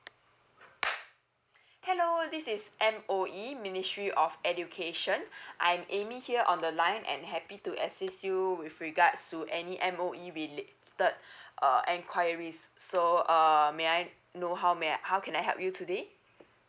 hello this is M_O_E ministry of education I'm amy here on the line and happy to assist you with regards to any M_O_E related uh enquiries so uh may I know how may I how can I help you today